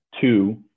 two